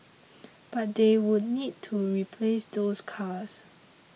but they would need to replace those cars